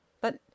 But